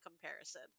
comparison